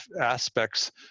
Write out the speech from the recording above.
aspects